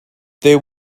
there